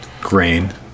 grain